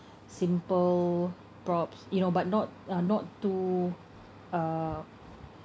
simple props you know but not uh not too uh